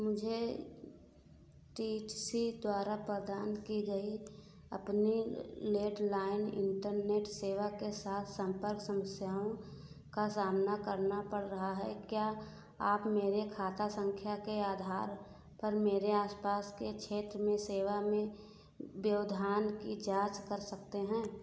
मुझे T C द्वारा प्रदान की गई अपनी लैण्डलाइन इन्टरनेट सेवा के साथ सम्पर्क समस्याओं का सामना करना पड़ रहा है क्या आप मेरे खाता सँख्या के आधार पर मेरे आसपास के क्षेत्र में सेवा में व्यवधान की जाँच कर सकते हैं